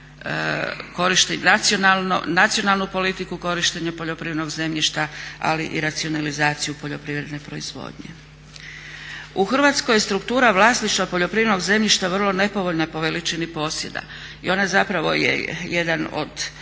nacionalnu politiku, korištenje poljoprivrednog zemlja ali i racionalizaciju poljoprivredne proizvodnje. U Hrvatskoj je struktura vlasništva poljoprivrednog zemljišta vrlo nepovoljna po veličini posjeda i ona zapravo je jedan od